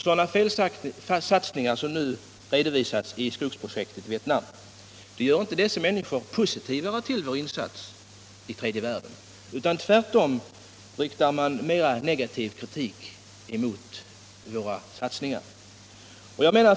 Sådana felsatsningar som nu redovisats beträffande skogsprojektet i Vietnam gör inte dessa människor positivare till vår insats i tredje världen, utan tvärtom riktar man mer negativ kritik mot våra satsningar.